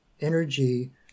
energy